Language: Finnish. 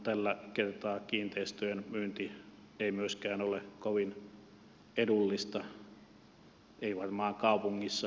tällä kertaa kiinteistöjen myynti ei myöskään ole kovin edullista ei varmaan kaupungissakaan